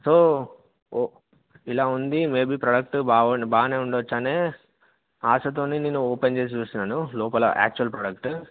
so ఇలా ఉంది maybe product బాగానే ఉండవచ్చనే ఆశతోని నేను ఓపెన్ చేసి చూశాను లోపల యాక్చువల్ ప్రోడక్ట్